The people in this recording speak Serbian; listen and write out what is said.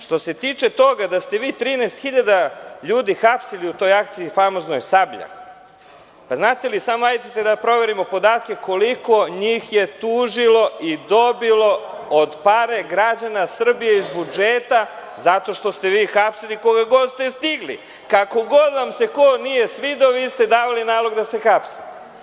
Što se tiče toga da ste vi 13.000 ljudi hapsili u toj famoznoj akciji „Sablja“, hajdete da proverimo podatke koliko njih je tužilo i dobilo od para građana Srbije, iz budžeta, zato što ste vi hapsili koga god ste stigli, kako god vam se ko nije svideo davali ste nalog da se hapsi.